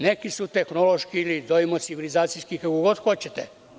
Neki su tehnološki ili ih zovemo civilizacijski, kako god hoćete.